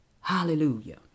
Hallelujah